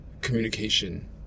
communication